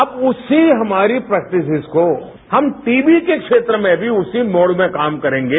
अब उसी हमारी प्रेक्टिसिस को हम टीवी के क्षेत्र में भी उसी मोड में काम करेंगे